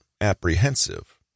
apprehensive